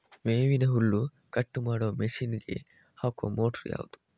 ಮೇವಿನ ಹುಲ್ಲು ಕಟ್ ಮಾಡುವ ಮಷೀನ್ ಗೆ ಹಾಕುವ ಮೋಟ್ರು ಯಾವುದು?